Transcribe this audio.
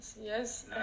yes